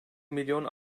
milyon